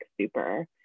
super